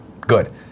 Good